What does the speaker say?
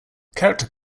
character